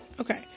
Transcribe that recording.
Okay